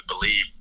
believe